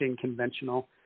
Conventional